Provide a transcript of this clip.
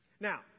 Now